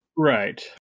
Right